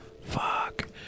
Fuck